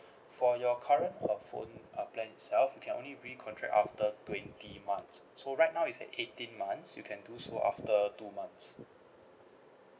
for your current uh phone uh plan itself you can only recontract after twenty months so right now it's at eighteen months you can do so after two months